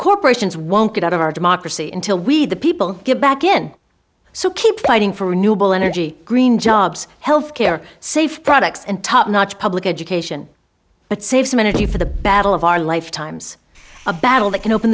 corporations won't get out of our democracy until we the people get back in so keep fighting for renewable energy green jobs health care safe products and top notch public education but save some energy for the battle of our lifetimes a battle that can open